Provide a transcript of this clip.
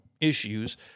issues